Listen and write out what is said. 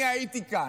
אני הייתי כאן,